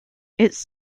its